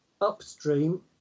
upstream